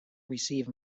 receive